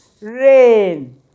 rain